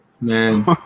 Man